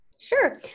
Sure